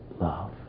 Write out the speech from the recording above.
love